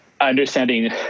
understanding